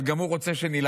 אבל גם הוא רוצה שנילחם.